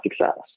success